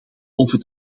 over